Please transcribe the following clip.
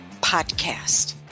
podcast